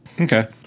okay